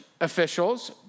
officials